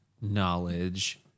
knowledge